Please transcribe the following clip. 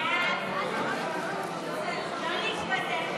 ההצעה להעביר את